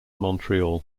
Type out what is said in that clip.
montreal